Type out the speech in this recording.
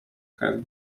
have